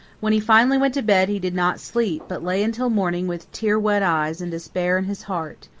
when he finally went to bed he did not sleep, but lay until morning with tear-wet eyes and despair in his heart.